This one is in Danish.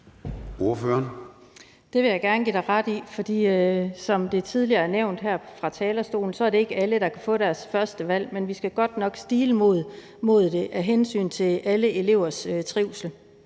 Det vil jeg gerne give dig ret i, for som det tidligere er nævnt her fra talerstolen, er det ikke alle, der kan få deres førstevalg, men vi skal godt nok stile mod det af hensyn til alle elevers trivsel